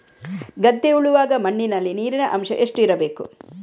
ಗದ್ದೆ ಉಳುವಾಗ ಮಣ್ಣಿನಲ್ಲಿ ನೀರಿನ ಅಂಶ ಎಷ್ಟು ಇರಬೇಕು?